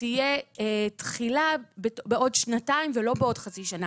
תהיה תחילה בעוד שנתיים ולא בעוד חצי שנה.